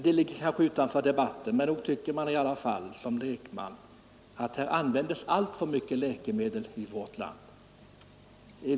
Det ligger kanske utanför ämnet för den här debatten, men nog tycker man som lekman att det används alltför mycket läkemedel i vårt land.